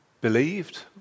believed